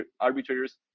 arbitrators